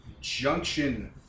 Junction